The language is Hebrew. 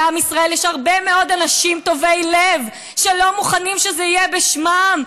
בעם ישראל יש הרבה מאוד אנשים טובי לב שלא מוכנים שזה יהיה בשמם,